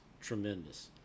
tremendous